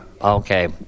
Okay